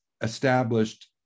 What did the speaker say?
established